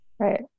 Right